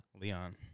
Leon